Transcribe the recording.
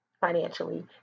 financially